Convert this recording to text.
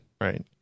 Right